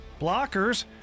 blockers